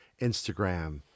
Instagram